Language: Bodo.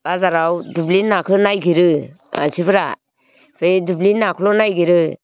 बाजाराव दुब्लिनि नाखौ नायगिरो मानसिफोरा बे दुब्लिनि नाखौल' नायगिरो